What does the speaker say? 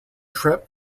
trip